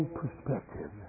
perspective